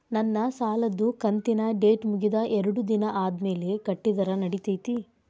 ನನ್ನ ಸಾಲದು ಕಂತಿನ ಡೇಟ್ ಮುಗಿದ ಎರಡು ದಿನ ಆದ್ಮೇಲೆ ಕಟ್ಟಿದರ ನಡಿತೈತಿ?